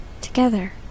Together